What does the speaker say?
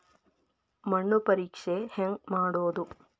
ಮಣ್ಣು ಪರೇಕ್ಷೆ ಹೆಂಗ್ ಮಾಡೋದು?